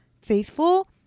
faithful